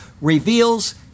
reveals